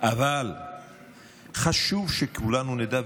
אבל חשוב שכולנו נדע,